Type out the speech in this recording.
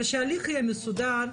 אבל שההליך יהיה מסודר,